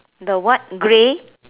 the what grey